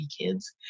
Kids